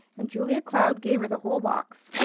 and julia cloud gave her the whole box.